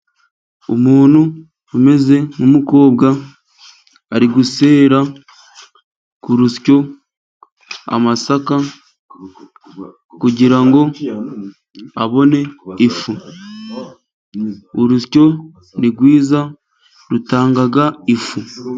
Umuntu umeze nk'umukobwa ari gusera ku rusyo amasaka kugira ngo abone ifu. Urusyo ni rwiza rutanga ifu.